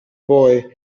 boy